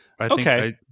Okay